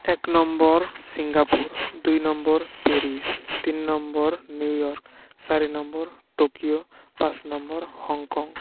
এক number Singapore দুই number Paris তিনি নম্বৰ নিউয়ৰ্ক চাৰি নম্বৰ টকিঅ' পাঁচ নম্বৰ হংকং